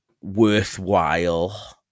worthwhile